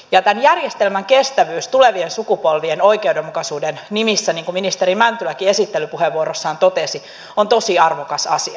tämän järjestelmän kestävyys tulevien sukupolvien oikeudenmukaisuuden nimissä niin kuin ministeri mäntyläkin esittelypuheenvuorossaan totesi on tosi arvokas asia